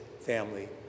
family